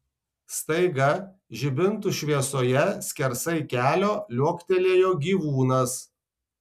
staiga žibintų šviesoje skersai kelio liuoktelėjo gyvūnas